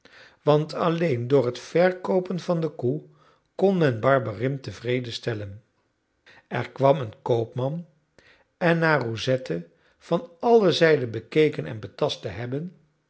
want alleen door het verkoopen van de koe kon men barberin tevredenstellen er kwam een koopman en na roussette van alle zijden bekeken en betast te hebben